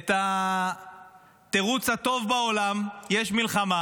את התירוץ הטוב בעולם: יש מלחמה.